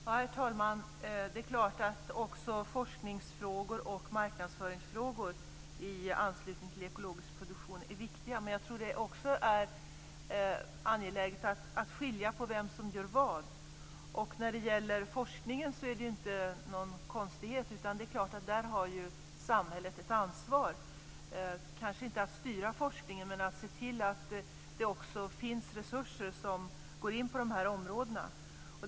Herr talman! Det är klart att också forskningsfrågor och marknadsföringsfrågor i anslutning till ekologisk produktion är viktiga. Men jag tror att det också är angeläget att skilja på vem som gör vad. När det gäller forskningen är det inga konstigheter. Där har ju samhället ett ansvar, kanske inte att styra forskningen, men att se till att det också finns resurser som går in på de här områdena.